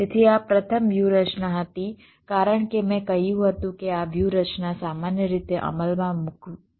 તેથી આ પ્રથમ વ્યૂહરચના હતી કારણ કે મેં કહ્યું હતું કે આ વ્યૂહરચના સામાન્ય રીતે અમલમાં મૂકવી મુશ્કેલ છે